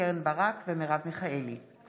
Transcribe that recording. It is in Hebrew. קרן ברק ומרב מיכאלי בנושא: